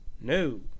no